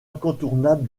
incontournable